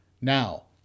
Now